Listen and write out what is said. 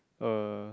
uh